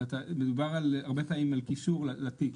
מדובר הרבה פעמים על קישור לתיק.